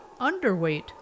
underweight